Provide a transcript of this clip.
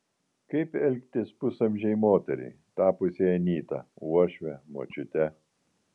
kaip elgtis pusamžei moteriai tapusiai anyta uošve močiute